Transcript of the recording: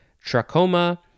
trachoma